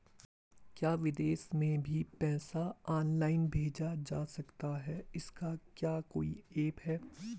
क्या विदेश में भी पैसा ऑनलाइन भेजा जा सकता है इसका क्या कोई ऐप है?